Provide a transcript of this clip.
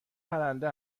پرنده